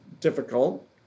difficult